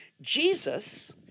Jesus